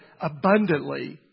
abundantly